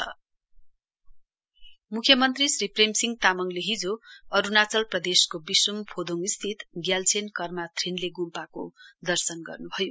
CM Arunachal म्ख्यमन्त्री श्री प्रेमसिंह तामाङले हिजो अरूणाचल प्रदेशको विश्भ फोदोङ स्थित ग्याल्छेन कर्मा थ्रिन्ले ग्म्पाको दर्शन गर्न्भयो